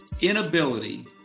inability